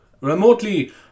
remotely